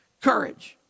Courage